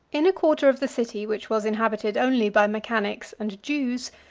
in a quarter of the city which was inhabited only by mechanics and jews,